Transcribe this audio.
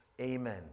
Amen